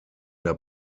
der